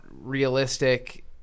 realistic